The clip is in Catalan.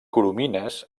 coromines